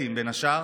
כבוד השר.